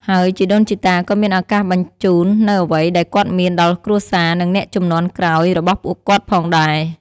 ហើយជីដូនជីតាក៏មានឱកាសបញ្ជូននូវអ្វីដែលគាត់មានដល់គ្រួសារនិងអ្នកជំនាន់ក្រោយរបស់ពួកគាត់ផងដែរ។